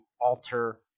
alter